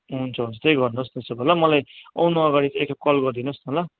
हुन्छ हुन्छ त्यही गर्नुहोस् त्यसो भए ल मलाई आउनु अगाडि चाहिँ एकखेप कल गरिदिनुहोस् न ल